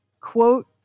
quote